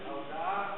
ההודעה